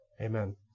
Amen